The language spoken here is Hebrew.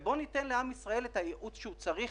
בואו ניתן לעם ישראל את הייעוץ שהוא צריך